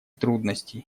трудностей